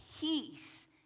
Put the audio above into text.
peace